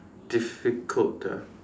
difficult ah